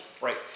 Right